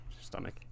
Stomach